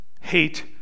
hate